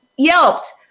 yelped